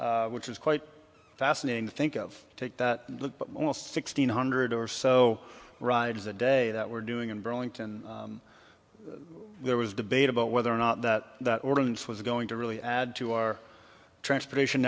which is quite fascinating to think of take that almost sixteen hundred or so rides a day that we're doing in burlington there was debate about whether or not the ordinance was going to really add to our transportation